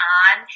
on